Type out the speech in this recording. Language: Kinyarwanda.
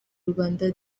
rwanda